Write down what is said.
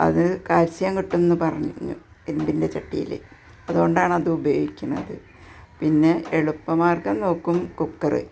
അത് കാൽസ്യം കിട്ടും എന്ന് പറഞ്ഞു ഇരുമ്പിൻ്റെ ചട്ടിയിൽ അതുകൊണ്ടാണ് അത് ഉപയോഗിക്കുന്നത് പിന്നെ എളുപ്പ മാർഗം നോക്കും കുക്കറ്